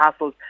hassles